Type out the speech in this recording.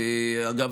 אגב,